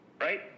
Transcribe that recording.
right